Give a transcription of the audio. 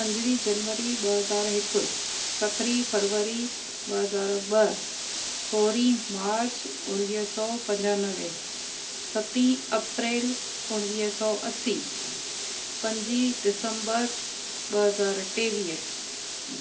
पंजवीह जनवरी ॿ हज़ार हिकु सत्रहीं फरवरी ॿ हज़ार ॿ सोरहीं मार्च उणिवीह सौ पंजानवे सतीं अप्रेल उणिवीह सौ असी पंजी दिसंबर ॿ हज़ार टेवीह